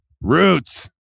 Roots